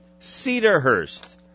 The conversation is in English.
Cedarhurst